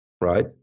right